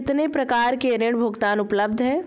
कितनी प्रकार के ऋण भुगतान उपलब्ध हैं?